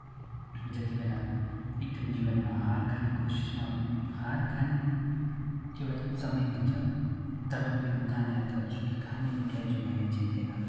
जतिबेला एकदम जीवनमा हार खाने कोसिसमा हार खाने एउटा समय हुन्छ तब म यो उखान याद गर्छु कि खाने मुखलाई जुङ्गाले छेक्दैन भनेर